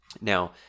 Now